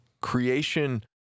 creation